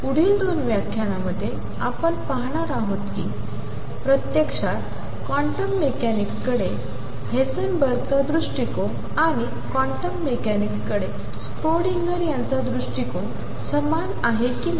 पुढील 2 व्याख्यानांमध्ये आपण पाहणार आहोत की प्रत्यक्षात क्वांटम मेकॅनिक्सकडे हेसनबर्गचा दृष्टीकोन आणि क्वांटम मेकॅनिक्सकडे स्क्रोडिंगर यांचा दृष्टिकोन समान आहे कि नाही